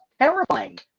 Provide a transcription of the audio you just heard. terrifying